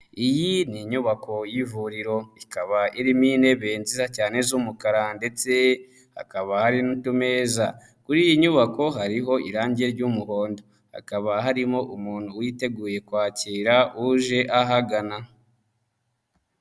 Iyi ni inyubako y'ivuriro ikaba irimo intebe nziza cyane z'umukara ndetse hakaba hari n'utumeza, kuri iyi nyubako hariho irangi ry'umuhondo, hakaba harimo umuntu witeguye kwakira uje ahagana.